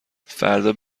فردا